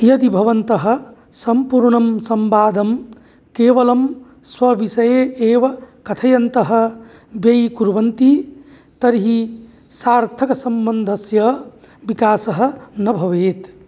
यदि भवन्तः सम्पूर्णं सम्वादं केवलं स्वविषये एव कथयन्तः व्ययीकुर्वन्ति तर्हि सार्थकसम्बन्धस्य विकासः न भवेत्